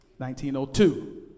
1902